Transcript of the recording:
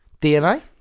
DNA